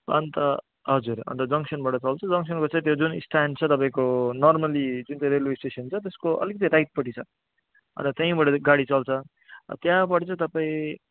अनि त हजुर अनि त जङ्सनबाट चल्छ जङ्सनको चाहिँ जुन स्ट्यान्ड छ तपाईँको नर्मेली जुन चाहिँ रेल्वे स्टेसन छ त्यसको अलिकति राइटपट्टि छ अनि त त्यहीँबाट गाडी चल्छ त्यहाँबाट चाहिँ तपाईँ